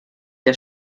der